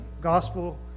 gospel